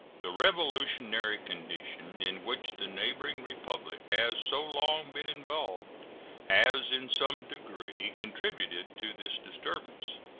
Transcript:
the revolutionary condition in which the neighboring republic has so long been involved has in some degree contributed to this disturbance.